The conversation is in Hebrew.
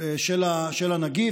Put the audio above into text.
של הנגיף,